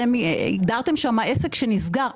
אתם הגדרתם שם עסק שנסגר.